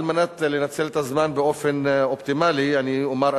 על מנת לנצל את הזמן באופן אופטימלי אני אומר,